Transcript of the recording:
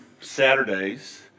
Saturdays